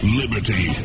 liberty